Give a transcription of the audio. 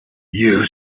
you